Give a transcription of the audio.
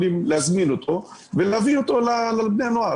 ולהביא אותו לבני הנוער.